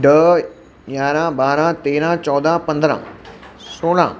ॾह यारहं ॿारहं तेरहं चोॾहं पंद्रहं सोरहं